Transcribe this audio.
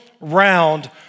round